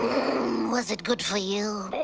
was it good for you?